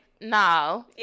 No